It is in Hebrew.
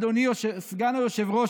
אדוני סגן היושב-ראש,